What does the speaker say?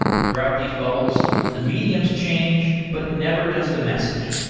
throughout these bubbles, the mediums changed, but never does the message.